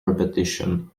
repetition